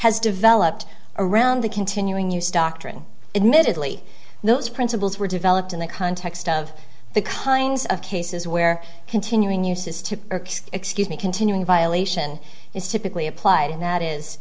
has developed around the continuing use doctrine admittedly those principles were developed in the context of the kinds of cases where continuing use is to excuse me continuing violation is typically applied and that is